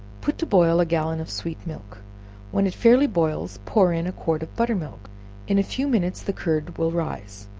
put to boil a gallon of sweet milk when it fairly boils, pour in a quart of butter-milk in a few minutes the curd will rise,